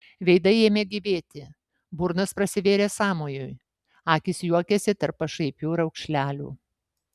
veidai ėmė gyvėti burnos prasivėrė sąmojui akys juokėsi tarp pašaipių raukšlelių